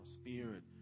spirit